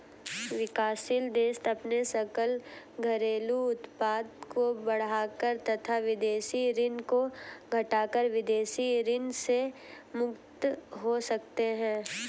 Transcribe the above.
विकासशील देश अपने सकल घरेलू उत्पाद को बढ़ाकर तथा विदेशी ऋण को घटाकर विदेशी ऋण से मुक्त हो सकते हैं